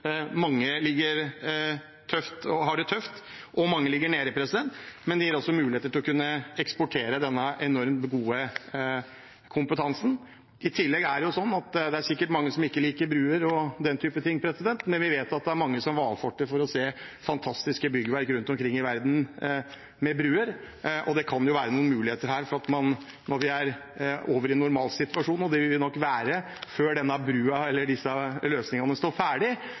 har det tøft – mange ligger nede – til å kunne eksportere denne enormt gode kompetansen. I tillegg er det sikkert mange som ikke liker broer og den type ting, men vi vet at det er mange som valfarter verden rundt for å se fantastiske byggverk og broer. Og når vi er over i en normalsituasjon – og det vil vi nok være før denne broen, eller disse løsningene, står ferdig – kan det faktisk hende at det kommer turister for å se de fantastiske kunstverkene vi